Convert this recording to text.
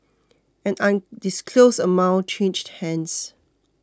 an undisclosed amount changed hands